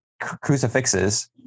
crucifixes